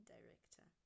Director